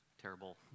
terrible